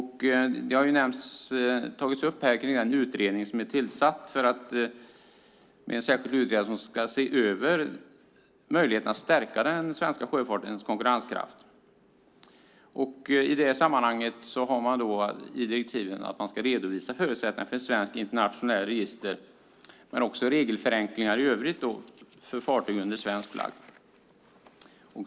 Här har den utredning nämnts som är tillsatt. En särskild utredare ska se över möjligheterna att stärka den svenska sjöfartens konkurrenskraft. I det sammanhanget finns det med i direktiven att man ska redovisa förutsättningarna för ett svenskt internationellt register men också regelförenklingar i övrigt för fartyg under svensk flagg.